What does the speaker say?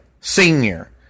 senior